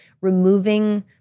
removing